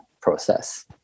process